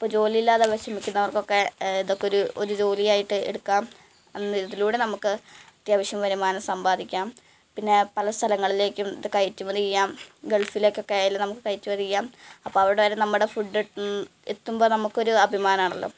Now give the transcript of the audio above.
ഇപ്പം ജോലി ഇല്ലാതെ വിഷമിക്കുന്നവര്ക്കൊക്കെ ഇതൊക്കെയൊരു ഒരു ജോലിയായിട്ട് എടുക്കാം അന്ന് ഇതിലൂടെ നമുക്ക് അത്യാവശ്യം വരുമാനം സമ്പാദിക്കാം പിന്നെ പല സ്ഥലങ്ങളിലേക്കും ഇത് കയറ്റുമതി ചെയ്യാം ഗള്ഫിലേക്കൊക്കെ ആയാലും നമ കയറ്റുമതി ചെയ്യാം അപ്പം അവിടെ വരെ നമ്മുടെ ഫുഡ് എത്തുമ്പം നമുക്കൊരു അഭിമാനമാണല്ലോ